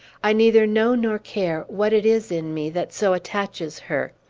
i neither know nor care what it is in me that so attaches her.